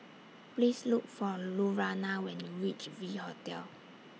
Please Look For Lurana when YOU REACH V Hotel